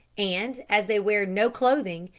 and as they wear no clothing,